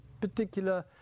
particular